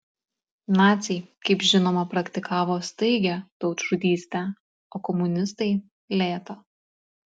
naciai kaip žinoma praktikavo staigią tautžudystę o komunistai lėtą